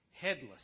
headless